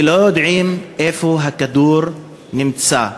ולא יודעים איפה הכדור נמצא.